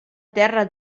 terra